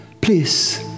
Please